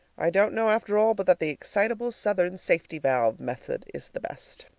i don't know after all but that the excitable southern safety valve method is the best.